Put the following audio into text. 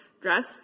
dress